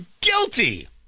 guilty